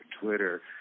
Twitter